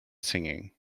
singing